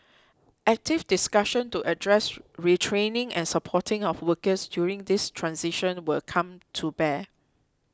active discussion to address retraining and supporting of workers during this transition will come to bear